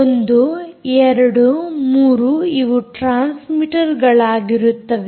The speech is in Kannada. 1 2 3 ಇವು ಟ್ಯ್ರಾನ್ಸ್ಮೀಟರ್ಗಳಾಗಿರುತ್ತವೆ